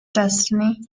destiny